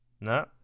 No